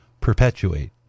perpetuate